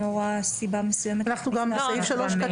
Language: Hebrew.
לא רואה סיבה מסוימת --- אנחנו גם בסעיף (3)